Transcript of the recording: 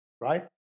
right